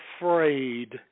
afraid